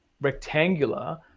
rectangular